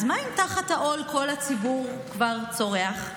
אז מה אם תחת העול כל הציבור כבר צורח?